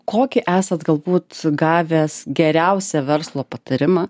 kokį esat galbūt gavęs geriausią verslo patarimą